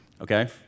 okay